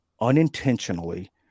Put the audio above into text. unintentionally